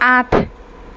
আঠ